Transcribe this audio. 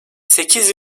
sekiz